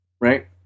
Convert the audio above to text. right